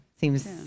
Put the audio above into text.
seems